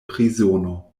prizono